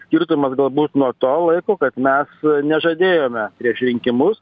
skirtumas galbūt nuo to laiko kad mes nežadėjome prieš rinkimus